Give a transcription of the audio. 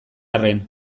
arren